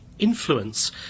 Influence